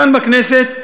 כאן בכנסת,